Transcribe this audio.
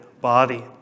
body